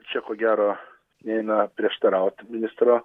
čia ko gero neina prieštaraut ministro